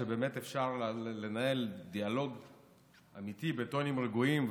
שבאמת אפשר לנהל דיאלוג אמיתי בטונים רגועים.